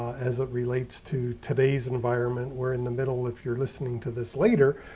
as it relates to today's environment. we're in the middle. if you're listening to this later,